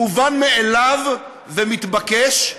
מובן מאליו ומתבקש: